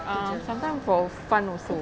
um sometimes for fun also